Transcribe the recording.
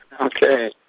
Okay